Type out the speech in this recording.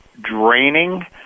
draining